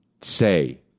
say